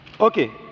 Okay